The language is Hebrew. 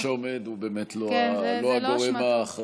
טוב, מי שעומד הוא באמת לא הגורם האחראי.